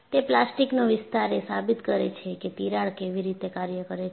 તે પ્લાસ્ટિકનો વિસ્તાર એ સાબિત કરે છે કે તિરાડ કેવી રીતે કાર્ય કરે છે